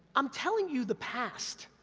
i'm telling you the past,